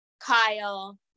Kyle